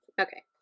Okay